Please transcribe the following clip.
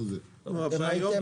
הדירה.